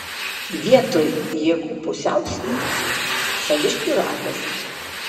vietoj jėgų pusiausvyros saviškių ratas